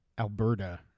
Alberta